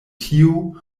tio